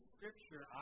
Scripture